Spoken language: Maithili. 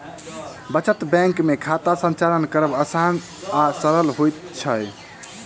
बचत बैंक मे खाता संचालन करब आसान आ सरल होइत छै